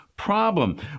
problem